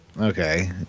Okay